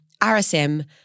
RSM